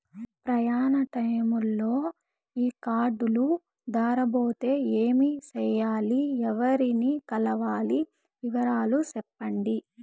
ప్రయాణ టైములో ఈ కార్డులు దారబోతే ఏమి సెయ్యాలి? ఎవర్ని కలవాలి? వివరాలు సెప్పండి?